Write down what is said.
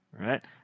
right